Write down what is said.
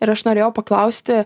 ir aš norėjau paklausti